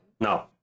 No